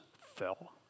fell